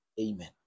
Amen